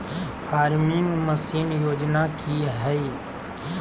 Farming machine योजना कि हैय?